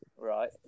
right